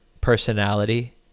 personality